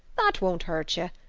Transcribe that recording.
that won't hurt ye.